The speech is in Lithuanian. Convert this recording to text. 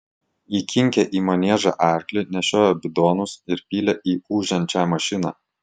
įkinkė į maniežą arklį nešiojo bidonus ir pylė į ūžiančią mašiną